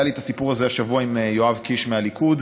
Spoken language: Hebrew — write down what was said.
היה לי את הסיפור הזה השבוע עם יואב קיש מהליכוד,